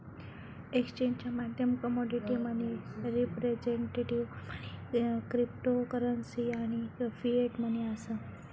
एक्सचेंजचा माध्यम commodity money, representative money, cryptocurrency आणि फिएट मनी असा